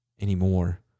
anymore